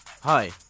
Hi